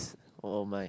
all mine